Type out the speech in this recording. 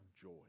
joy